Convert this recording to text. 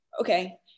okay